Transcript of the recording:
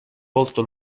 volto